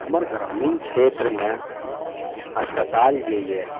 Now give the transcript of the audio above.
हमर ग्रामीण क्षेत्रमे अस्पताल जे अइ